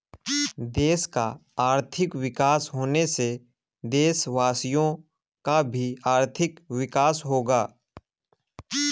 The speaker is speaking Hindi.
देश का आर्थिक विकास होने से देशवासियों का भी आर्थिक विकास होगा